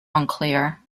unclear